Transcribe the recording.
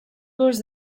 goes